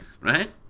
Right